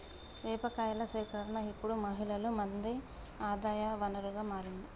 వేప కాయల సేకరణ ఇప్పుడు మహిళలు మంది ఆదాయ వనరుగా మారింది